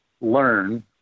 learn